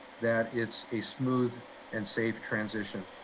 that it's a smooth and safe transition.